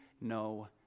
no